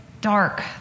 dark